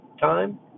time